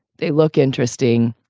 they look interesting.